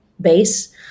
base